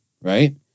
Right